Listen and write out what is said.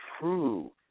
true